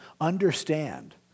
understand